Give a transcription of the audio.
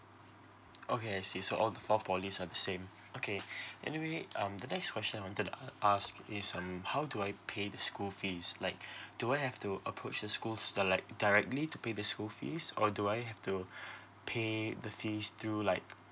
okay I see so all the four poly are same okay anyway um the next question I wanted to ask is um how do I pay the school fees like do I have to approach the schools direct directly to pay the school fees or do I have to pay the fees through like